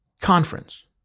conference